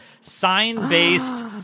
sign-based